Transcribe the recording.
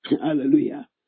Hallelujah